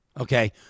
Okay